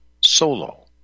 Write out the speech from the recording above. solo